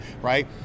right